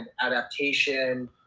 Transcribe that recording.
Adaptation